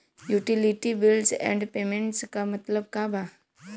Utility bills and payments क मतलब का बा?